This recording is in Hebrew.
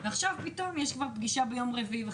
עכשיו פתאום יש פגישה ביום רביעי.